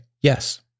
Yes